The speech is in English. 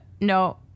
No